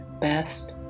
best